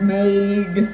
made